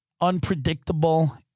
unpredictable